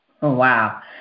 Wow